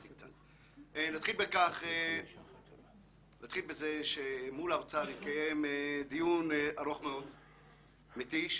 נתחיל בזה שמול האוצר התקיים דיון ארוך מאוד ומתיש.